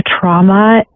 trauma